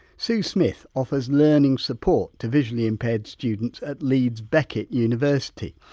sue smith offers learning support to visually impaired students at leeds beckett university.